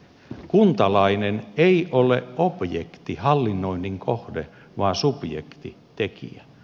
kuntalainen ei ole objekti hallinnoinnin kohde vaan subjekti tekijä